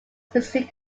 precede